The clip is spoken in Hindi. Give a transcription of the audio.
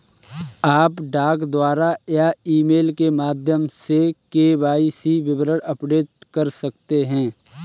आप डाक द्वारा या ईमेल के माध्यम से के.वाई.सी विवरण अपडेट कर सकते हैं